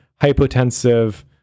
hypotensive